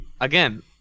Again